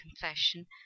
confession